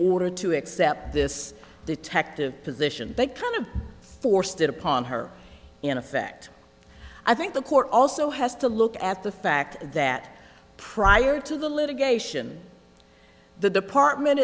order to accept this detective position but kind of forced it upon her in effect i think the court also has to look at the fact that prior to the litigation the department